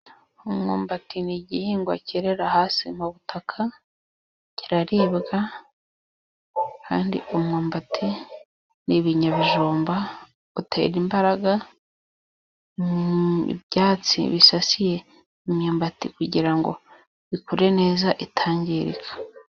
Umwumbati ni igihingwa cyerera hasi mu butaka kiraribwa kandi umwumbati n'ibinyabijumba, utera imbaraga, ibyatsi bisasiye imyumbati kugirango ikure neza itangirika.